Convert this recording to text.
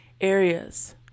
areas